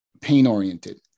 pain-oriented